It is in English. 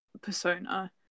persona